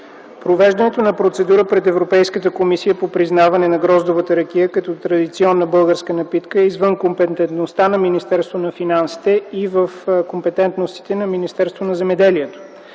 Провеждането на процедура пред Европейската комисия по признаване на гроздовата ракия като традиционна българска напитка е извън компетентността на Министерството на финансите и в компетентностите на Министерството на земеделието